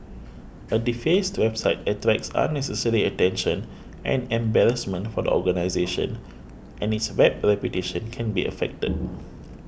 a defaced website attracts unnecessary attention and embarrassment for the organisation and its Web reputation can be affected